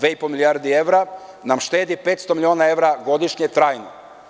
Dve i po milijardi evra nam štedi 500 miliona evra godišnje trajno.